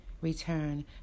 return